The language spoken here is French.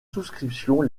souscriptions